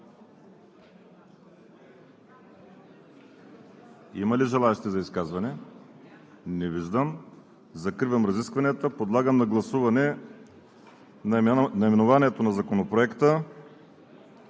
Има ли желаещи за изказване? Не виждам. Закривам разискванията. Подлагам на гласуване наименованието на Законопроекта;